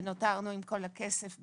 ונותרנו עם כל הכסף בקופה.